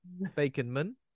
Baconman